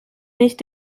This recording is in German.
nicht